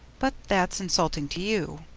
but that's insulting to you,